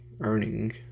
earning